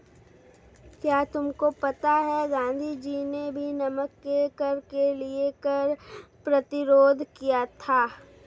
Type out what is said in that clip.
क्या तुमको पता है गांधी जी ने भी नमक के कर के लिए कर प्रतिरोध किया था